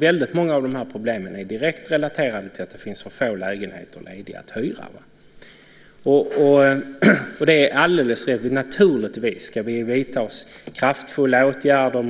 Väldigt många av dessa problem är direkt relaterade till att det finns för få lägenheter lediga för uthyrning. Naturligtvis ska vi vidta kraftfulla åtgärder